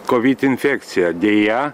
kovid infekcija deja